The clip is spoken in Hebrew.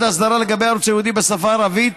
האסדרה לגבי הערוץ הייעודי בשפה הערבית,